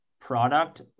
product